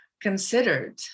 considered